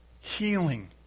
healing